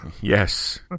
Yes